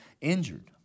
injured